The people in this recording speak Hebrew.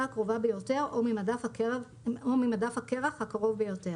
הקרובה ביותר או ממדף הקרח הקרוב ביותר.